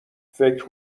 فکر